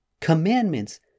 commandments